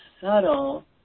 subtle